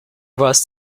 was